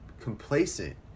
complacent